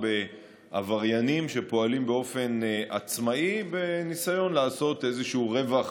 בעבריינים שפועלים באופן עצמאי בניסיון לעשות איזשהו רווח